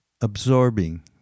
absorbing